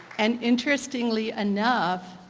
and interestingly enough